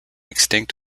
extinct